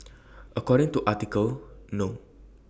according to article no